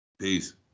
Peace